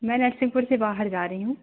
मैं नरसिंहपुर से बाहर जा रही हूँ